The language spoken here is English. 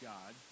God